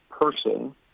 person